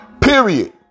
Period